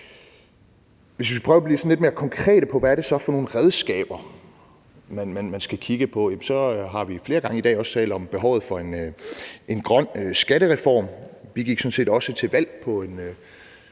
Hvis vi skal prøve at blive lidt mere konkrete om, hvad det er for nogle redskaber, man skal kigge på, jamen så har vi flere gange i dag også talt om behovet for en grøn skattereform. Vi gik sådan set også til valg på en